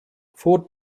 four